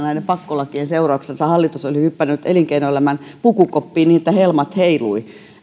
näiden pakkolakien seurauksena hallitus oli hypännyt elinkeinoelämän pukukoppiin niin että helmat heiluivat